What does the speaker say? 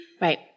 Right